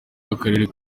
w’akarere